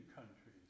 countries